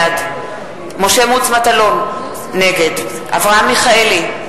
בעד משה מטלון, נגד אברהם מיכאלי,